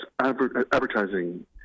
advertising